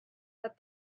that